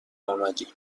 آمدی